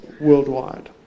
worldwide